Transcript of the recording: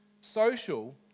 Social